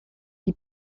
die